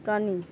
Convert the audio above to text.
tony